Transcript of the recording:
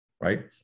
Right